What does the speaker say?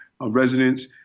residents